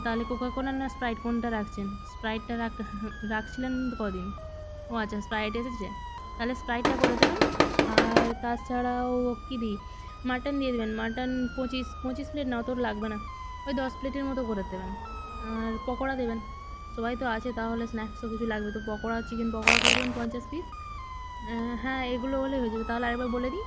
তাহলে Coca Cola না Sprite কোনটা রাখছেন স্প্রাইটটা রাখছিলেন কদিন ও আচ্ছা স্প্রাইট এসেছে তাহলে স্প্রাইটটা করে দেবেন আর তাছাড়াও কী দিই মাটন দিয়ে দেবেন মাটন পঁচিশ পঁচিশ প্লেট না ওতও লাগবে না ওই দশ প্লেটের মত করে দেবেন আর পকোড়া দেবেন সবাই তো আছে তাহলে স্ন্যাক্সও কিছু লাগবে তো পকোড়া চিকেন পকোড়া করে দিবেন পঞ্চাশ পিস হ্যাঁ এগুলো হলেই হয়ে যাবে তাহলে আর একবার বলে দিই